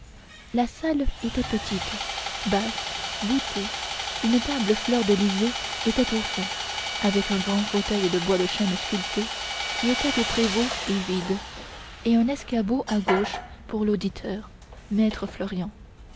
la salle était petite basse voûtée une table fleurdelysée était au fond avec un grand fauteuil de bois de chêne sculpté qui était au prévôt et vide et un escabeau à gauche pour l'auditeur maître florian